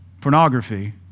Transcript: pornography